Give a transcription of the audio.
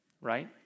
right